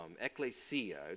ecclesia